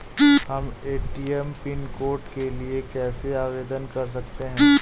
हम ATM pin code के लिए कैसे आवेदन कर सकते हैं?